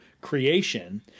creation